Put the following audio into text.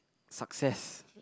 success